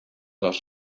les